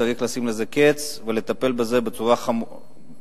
צריך לשים לזה קץ ולטפל בזה בצורה ממש,